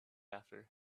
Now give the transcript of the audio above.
after